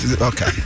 Okay